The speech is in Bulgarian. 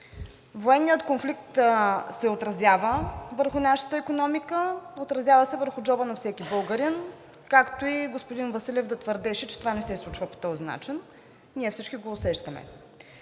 Военният конфликт се отразява върху нашата икономика, отразява се върху джоба на всеки българин. Както и господин Василев да твърдеше, че това не се случва по този начин – ние всички го усещаме.